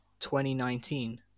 2019